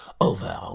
over